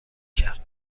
کرد